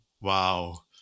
wow